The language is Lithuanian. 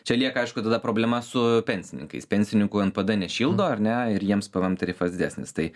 čia lieka aišku tada problema su pensininkais pensininkų npd nešildo ar ne ir jiems pvm tarifas didesnis tai